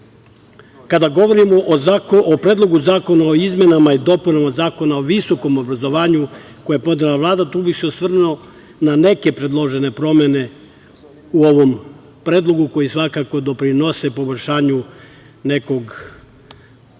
govorimo o Predlogu zakona o izmenama i dopunama Zakona o visokom obrazovanju, koji je podnela Vlada, tu bih se osvrnuo na neke predložene promene u ovom predlogu koje svakako doprinose poboljšanju nekog